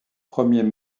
premiers